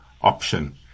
option